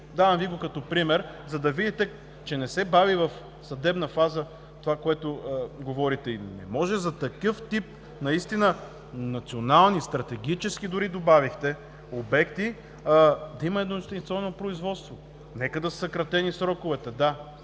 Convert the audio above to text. Давам Ви го като пример, за да видите, че не се бави в съдебна фаза това, което говорите. Не може наистина за такъв тип национални, стратегически дори добавихте, обекти да има едноинстанционно производство! Нека сроковете да